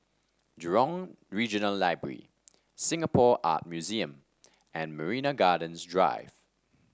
Jurong Regional Library Singapore Art Museum and Marina Gardens Drive